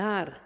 Dar